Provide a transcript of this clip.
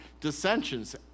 dissensions